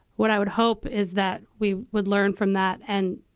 what i would hope is that we would learn from that and.